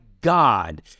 God